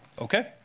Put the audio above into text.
Okay